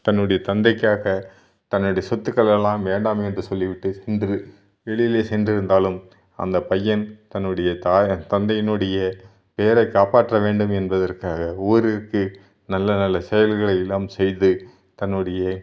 தன்னுடைய தந்தைக்காக தன்னுடைய சொத்துக்கள் எல்லாம் வேண்டாம் என்று சொல்லிவிட்டு சென்று வெளியில் சென்றிருந்தாலும் அந்த பையன் தன்னுடைய தா தந்தையினுடைய பேரை காப்பாற்ற வேண்டும் என்பதற்காக ஊருக்கு நல்ல நல்ல சேவைகளையெல்லாம் செய்து தன்னுடைய